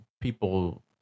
people